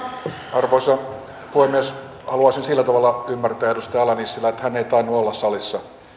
arvoisa puhemies haluaisin sillä tavalla ymmärtää edustaja ala nissilää että hän ei tainnut olla salissa